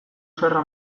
zerra